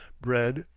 bread,